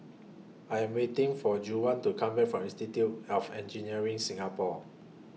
I Am waiting For Juwan to Come Back from Institute of Engineers Singapore